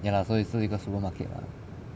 ya lah 所以是一个 supermarket lah